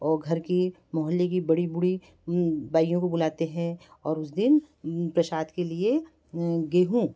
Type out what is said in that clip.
और घर की मोहल्ले की बड़ी बूढ़ी बाइयों को बुलाते हैं और उस दिन प्रसाद के लिए गेहूँ